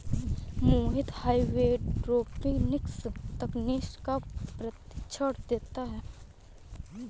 मोहित hydroponics तकनीक का प्रशिक्षण देता है